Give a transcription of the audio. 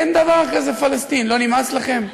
לא על פלסטין, אין דבר כזה פלסטין, לא נמאס לכם?